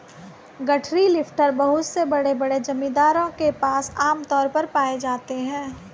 गठरी लिफ्टर बहुत से बड़े बड़े जमींदारों के पास आम तौर पर पाए जाते है